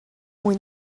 mwy